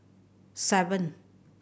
seven